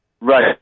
Right